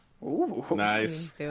Nice